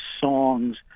songs